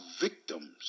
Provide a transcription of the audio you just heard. victims